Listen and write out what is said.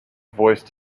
voiced